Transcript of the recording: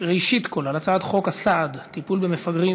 ראשית כול על הצעת חוק הסעד (טיפול במפגרים)